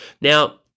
Now